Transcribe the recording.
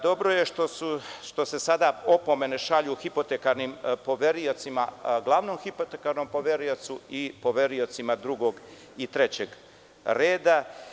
Dobro je što se sada opomene šalju hipotekarnim poveriocima, glavnom hipotekarnom poveriocu i poveriocima drugog i trećeg reda.